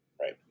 Right